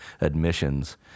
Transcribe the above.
admissions